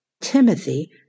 Timothy